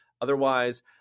Otherwise